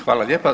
Hvala lijepo.